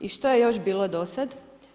I što je još bilo do sada.